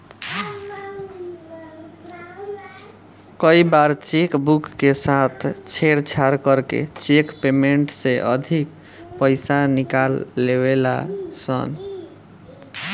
कई बार cheque book के साथे छेड़छाड़ करके चेक पेमेंट से अधिका पईसा निकाल लेवे ला सन